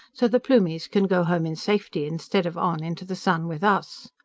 so the plumies can go home in safety instead of on into the sun with us!